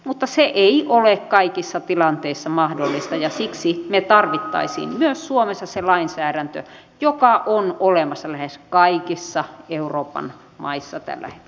mutta se ei ole kaikissa tilanteissa mahdollista ja siksi me tarvitsisimme myös suomessa sen lainsäädännön joka on olemassa lähes kaikissa euroopan maissa tällä hetkellä